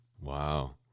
Wow